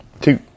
Two